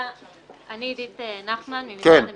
אני עידית נחמן ממשרד המשפטים.